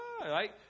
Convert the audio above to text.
Right